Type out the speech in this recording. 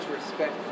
respect